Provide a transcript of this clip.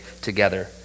together